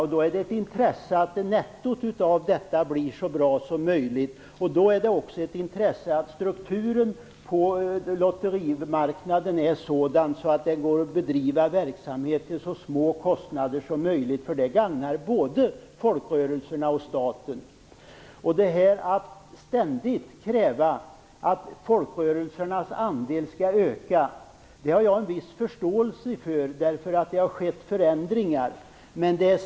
Då finns det ett intresse att nettot blir så bra som möjligt och att strukturen på lotterimarknaden är sådan att det går att bedriva verksamhet till så låga kostnader som möjligt. Det gagnar både folkrörelserna och staten. Att ständigt kräva att folkrörelsernas andel skall öka har jag en viss förståelse för, eftersom det har skett förändringar.